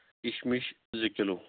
کِشمِش زٕ کِلوٗ